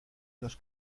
los